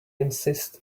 insist